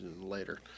later